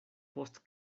post